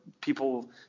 people